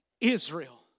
Israel